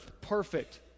perfect